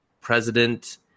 president